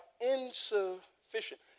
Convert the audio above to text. insufficient